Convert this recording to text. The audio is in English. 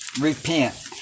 Repent